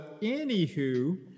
anywho